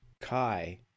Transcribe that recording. Kai